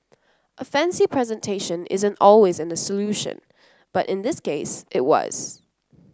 a fancy presentation isn't always a solution but in this case it was